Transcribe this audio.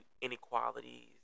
inequalities